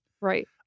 Right